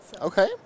Okay